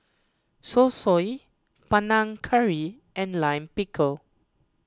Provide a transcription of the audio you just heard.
Zosui Panang Curry and Lime Pickle